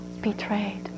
betrayed